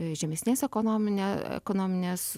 žemesnės ekonominė ekonominės